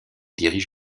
dirige